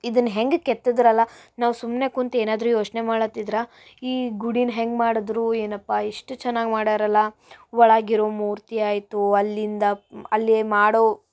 ಇದನ್ನ ಹೆಂಗೆ ಕೆತ್ತಿದ್ದರಲ್ಲ ನಾವು ಸುಮ್ಮನೆ ಕುಂತು ಏನಾದರು ಯೋಚನೆ ಮಾಡಾತಿದ್ರೆ ಈ ಗುಡಿನ ಹೆಂಗೆ ಮಾಡಿದರು ಏನಪ್ಪ ಇಷ್ಟು ಚೆನ್ನಾಗಿ ಮಾಡ್ಯಾರಲ್ಲ ಒಳಗಿರೋ ಮೂರ್ತಿ ಆಯಿತು ಅಲ್ಲಿಂದ ಅಲ್ಲಿ ಮಾಡೋ